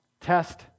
Test